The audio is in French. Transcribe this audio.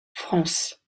france